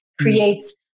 creates